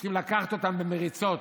שצריכים לקחת אותם במריצות,